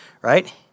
right